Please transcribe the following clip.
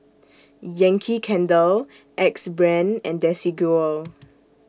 Yankee Candle Axe Brand and Desigual